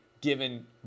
given